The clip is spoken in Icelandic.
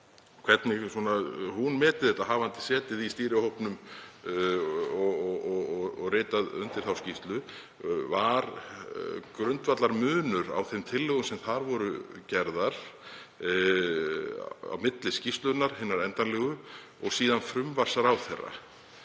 hvernig hún meti þetta eftir að hafa setið í stýrihópnum og ritað undir skýrsluna. Var grundvallarmunur á þeim tillögum sem þar voru gerðar á milli skýrslunnar, hinar endanlegu, og síðan frumvarps ráðherra?